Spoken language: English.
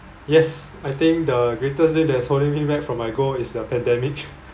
yes I think the greatest thing that is holding me back from my goal is the pandemic